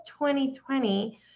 2020